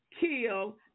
kill